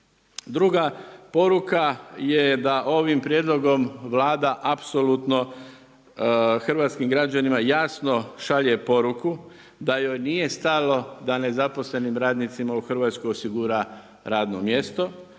Druga poruka je da ovim prijedlogom Vlada apsolutno hrvatskim građanima jasno šalje poruku da joj nije stalo da nezaposlenim radnicima u Hrvatskoj osigura radno mjesto,